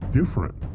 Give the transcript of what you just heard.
different